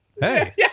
Hey